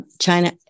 China